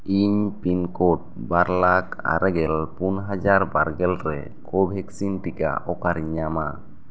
ᱤᱧ pin code ᱵᱟᱨ ᱞᱟᱠ ᱟᱨᱮᱜᱮᱞ ᱯᱩᱱ ᱦᱟᱡᱟᱨ ᱵᱟᱨ ᱜᱮᱞ ᱨᱮ ᱠᱳᱵᱷᱮᱠᱥᱤᱱ ᱴᱤᱠᱟ ᱚᱠᱟᱨᱮᱧ ᱧᱟᱢᱟ